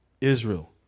Israel